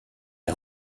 est